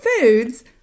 foods